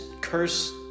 curse